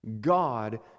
God